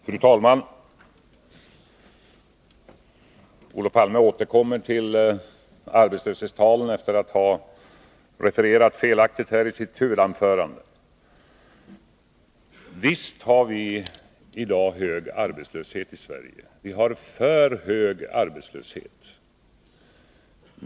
Fru talman! Olof Palme återkommer till arbetslöshetstalen efter att ha refererat felaktigt här i sitt huvudanförande. Visst har vi i dag en hög arbetslöshet i Sverige. Vi har för hög arbetslöshet.